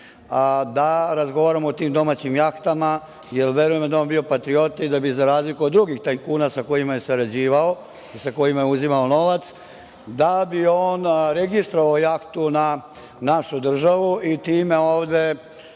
da razgovaramo o tim domaćim jahtama, jer verujem da je on bio patriota i da bi, za razliku od drugih tajkuna sa kojima je sarađivao, sa kojima je uzimao novac, da bi on registrovao jahtu da našu državu i time ovde